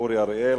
אורי אריאל,